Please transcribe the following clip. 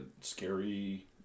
scary